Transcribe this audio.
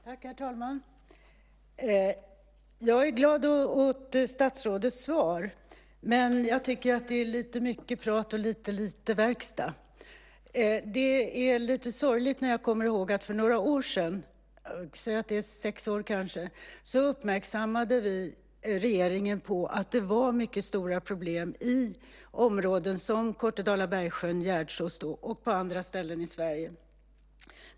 Herr talman! Jag är glad åt statsrådets svar. Men jag tycker att det är lite mycket prat och lite verkstad. Det är lite sorgligt när jag kommer ihåg att vi för några år sedan, kanske för sex år sedan, uppmärksammade regeringen på att det var mycket stora problem i områden som Kortedala, Bergsjön, Gärdsås och på andra ställen i Sverige.